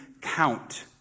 count